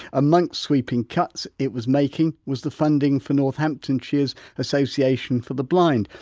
amongst sweeping cuts it was making was the funding for northamptonshire's association for the blind.